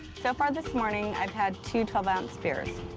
so far this morning, i've had two twelve ounce beers.